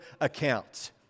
accounts